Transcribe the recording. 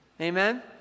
Amen